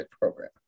program